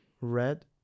red